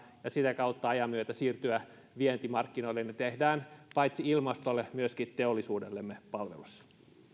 ja sitä kautta ajan myötä siirtyä vientimarkkinoille niin teemme paitsi ilmastolle myöskin teollisuudellemme palveluksen